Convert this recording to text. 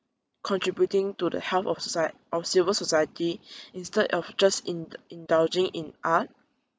contributing to the health of soci~ of civil society instead of just in~ indulging in art